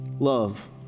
love